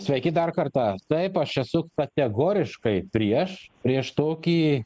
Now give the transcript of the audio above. sveiki dar kartą taip aš esu kategoriškai prieš prieš tokį